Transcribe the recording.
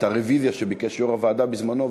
את הרוויזיה שביקש יושב-ראש הוועדה בזמנו,